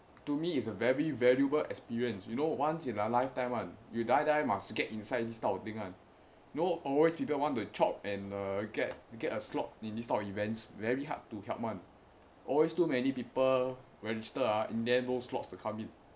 to me it's a very valuable experience you know once in a lifetime [one] you die die must get inside this type of thing [one] you know always people want to chope and get get a slot in this type of events very hard to help [one] always too many people register ah in the end no slots to come in